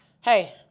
hey